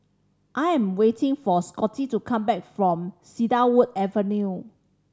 I am waiting for Scotty to come back from Cedarwood Avenue